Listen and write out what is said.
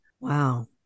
Wow